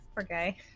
Okay